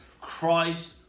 Christ